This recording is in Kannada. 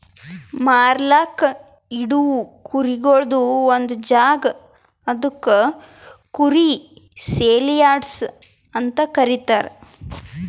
ಮಾರ್ಲುಕ್ ಇಡವು ಕುರಿಗೊಳ್ದು ಒಂದ್ ಜಾಗ ಅದುಕ್ ಕುರಿ ಸೇಲಿಯಾರ್ಡ್ಸ್ ಅಂತ ಕರೀತಾರ